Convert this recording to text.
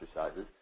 exercises